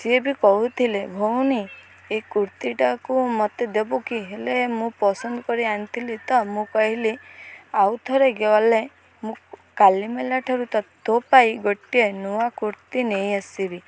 ସିଏ ବି କହୁଥିଲେ ଭଉଣୀ ଏଇ କୁର୍ତ୍ତୀଟାକୁ ମୋତେ ଦେବୁ କି ହେଲେ ମୁଁ ପସନ୍ଦ କରି ଆଣିଥିଲି ତ ମୁଁ କହିଲି ଆଉ ଥରେ ଗଲେ ମୁଁ କାଳୀ ମେଳାଠାରୁ ତ ତୋ ପାଇଁ ଗୋଟିଏ ନୂଆ କୁର୍ତ୍ତୀ ନେଇଆସିବି